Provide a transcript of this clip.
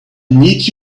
need